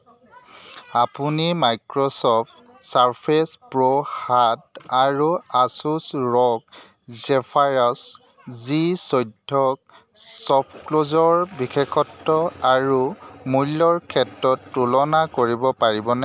আপুনি Microsoft Surface Pro সাত আৰু আছুছ ৰগ জেফাইৰাছ জি চৈধ্যক শ্বপক্লুজৰ বিশেষত্ব আৰু মূল্যৰ ক্ষেত্ৰত তুলনা কৰিব পাৰিবনে